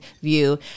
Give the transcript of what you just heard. view